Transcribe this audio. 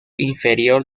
inferior